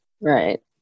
Right